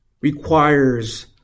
requires